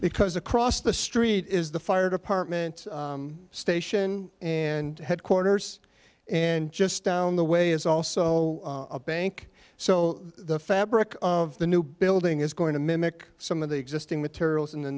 because across the street is the fire department station and headquarters and just down the way is also a bank so the fabric of the new building is going to mimic some of the existing materials in the